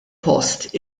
post